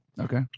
Okay